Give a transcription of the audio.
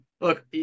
Look